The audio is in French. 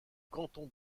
canton